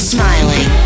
Smiling